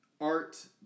art